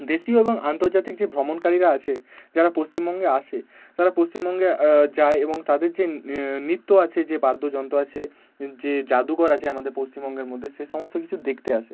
দেশি এবং আন্তর্জাতিক যেই ভ্রমণকারীরা আছে যারা পশ্চিমবঙ্গে আসে তারা পশ্চিমবঙ্গে যায় এবং তাদের যে নৃত্য আছে যে বাদ্যযন্ত্র আছে যে জাদুকর আছে আমাদের পশ্চিমবঙ্গের মধ্যে সেসব সমস্ত কিছু দেখতে আসে